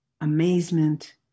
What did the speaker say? amazement